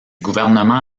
gouvernements